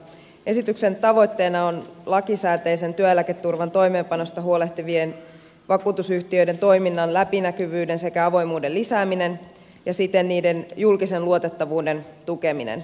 esityksen tavoitteena on lakisääteisen työeläketurvan toimeenpanosta huolehtivien vakuutusyhtiöiden toiminnan läpinäkyvyyden sekä avoimuuden lisääminen ja siten niiden julkisen luotettavuuden tukeminen